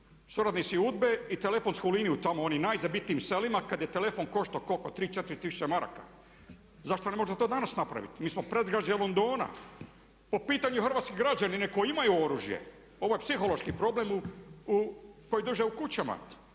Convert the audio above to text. Suradnici UDBA-e i telefonsku liniju tamo u onim najzabitijim selima kad je telefon koštao koliko 3, 4 tisuće maraka. Zašto se ne može to danas napraviti? Mi smo predgrađe Londona. …/Ne razumije se./… hrvatski građani koji imaju oružje. Ovo je psihološki problem koji drže u kućama.